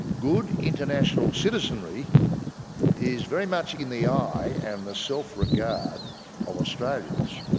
good international citizenry is very much in the eye and the self regard of australians.